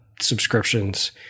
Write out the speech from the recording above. subscriptions